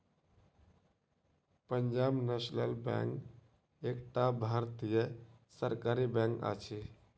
Punjab National Bank एकटा भारतीय सरकारी बैंक अछि